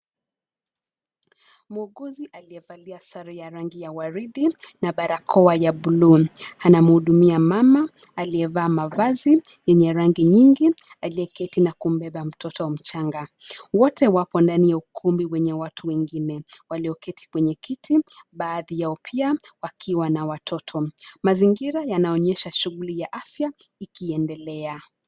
Muuguzi aliyevalia sare ya rangi ya waridi na barakoa ya buluu. Anamhudumia mama aliyevaa mavazi yenye rangi nyingi; aliyeketi na kumbeba mtoto mchanga. Wote wako ndani ya ukumbi wenye watu wengine walioketi kwenye kiti; baadhi yao pia wakiwa na watoto. Mazingira yanaonyesha shughuli ya afya ikiendelea.